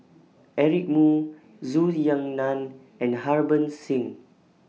Eric Moo Zhou Ying NAN and Harbans Singh